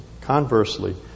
Conversely